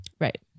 Right